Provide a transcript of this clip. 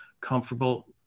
comfortable